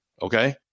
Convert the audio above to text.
Okay